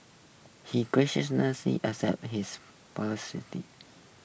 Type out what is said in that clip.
he graciously accepted his